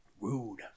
Rude